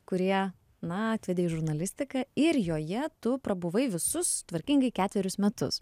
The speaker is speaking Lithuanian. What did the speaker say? kurie na atvedė į žurnalistiką ir joje tu prabuvai visus tvarkingai ketverius metus